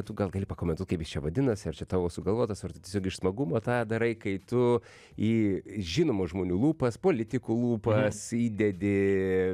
tu gal gali pakomentuot kaip jis čia vadinasi ar čia tavo sugalvotas ar tiesiog iš smagumo tą darai kai tu į žinomų žmonių lūpas politikų lūpas įdedi